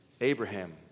Abraham